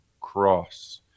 Cross